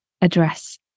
address